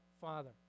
Father